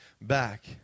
back